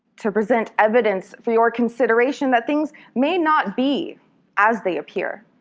to present evidence for your consideration that things may not be as they appear.